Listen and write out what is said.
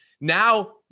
now